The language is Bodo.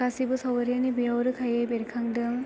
गासैबो सावगारियानो बेयाव रोखायै बेरखांदों